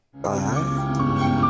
Bye